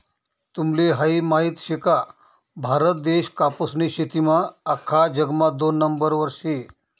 तुम्हले हायी माहित शे का, भारत देश कापूसनी शेतीमा आख्खा जगमा दोन नंबरवर शे